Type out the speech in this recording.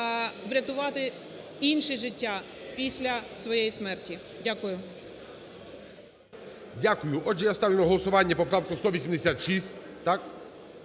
врятувати інше життя після своєї смерті. Дякую. ГОЛОВУЮЧИЙ. Дякую. Отже, я ставлю на голосування поправку 186,